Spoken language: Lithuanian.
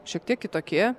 šiek tiek kitokie